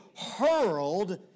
hurled